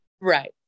Right